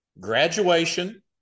Graduation